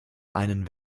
einen